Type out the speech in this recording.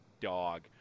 dog